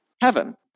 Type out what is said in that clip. heaven